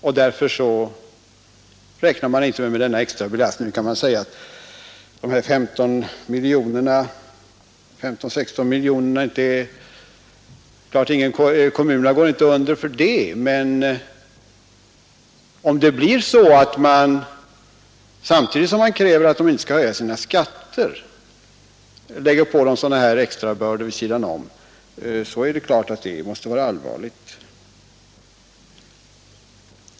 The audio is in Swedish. Man räknade därför inte med denna extra belastning på 15 eller 16 miljoner kronor. Det är klart att kommunerna inte går under för en sådan sak, men om det samtidigt som extra bördor av detta slag läggs på kommunerna krävs att kommunerna inte får höja sina skatter, måste det bli allvarligt.